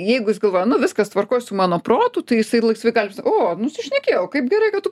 jeigu jis galvoja nu viskas tvarkoj su mano protu